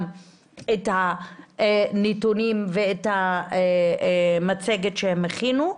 את הנתונים ולהציג את המצגת שהם הכינו,